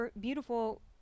beautiful